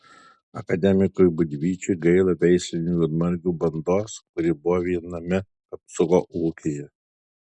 akademikui būdvyčiui gaila veislinių juodmargių bandos kuri buvo viename kapsuko ūkyje